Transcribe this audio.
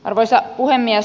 arvoisa puhemies